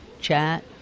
chat